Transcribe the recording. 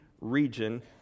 region